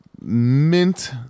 mint